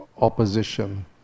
opposition